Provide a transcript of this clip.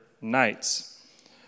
nights